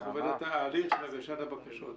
איך עובד התהליך של הגשת הבקשות.